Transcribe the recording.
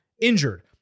injured